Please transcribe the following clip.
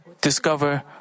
discover